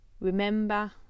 Remember